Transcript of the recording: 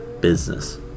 business